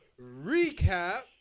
recap